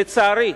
לצערי,